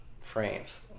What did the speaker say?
frames